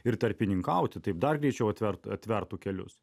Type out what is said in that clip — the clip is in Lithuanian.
ir tarpininkauti taip dar greičiau atvert atvertų kelius